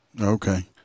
Okay